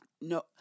no